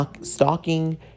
Stalking